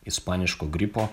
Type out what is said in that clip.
ispaniško gripo